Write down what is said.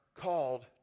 Called